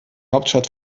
hauptstadt